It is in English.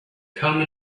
come